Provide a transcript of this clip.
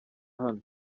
hano